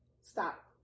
Stop